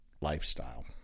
lifestyle